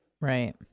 Right